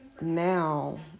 now